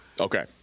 Okay